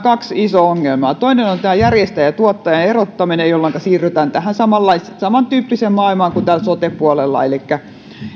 kaksi isoa ongelmaa toinen on järjestäjän ja tuottajan erottaminen jolloinka siirrytään samantyyppiseen maailmaan kuin täällä sote puolella elikkä